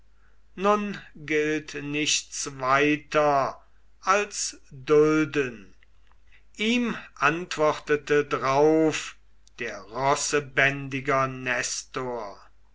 nun gilt nichts weiter als dulden ihm antwortete drauf der rossebändiger